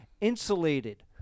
insulated